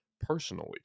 personally